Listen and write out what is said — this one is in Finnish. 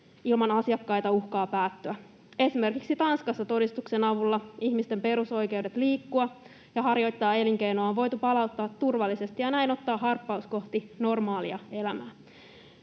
ilman asiakkaita uhkaa päättyä. Esimerkiksi Tanskassa todistuksen avulla ihmisten perusoikeudet liikkua ja harjoittaa elinkeinoa on voitu palauttaa turvallisesti ja näin ottaa harppaus kohti normaalia elämää.